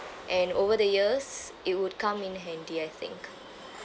and over the years it would come in handy I think